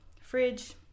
fridge